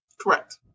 Correct